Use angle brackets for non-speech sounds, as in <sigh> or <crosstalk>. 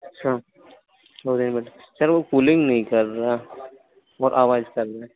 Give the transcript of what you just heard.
अच्छा <unintelligible> सर वो कूलिङ्ग नही कर रहा और अवाज कर रहा है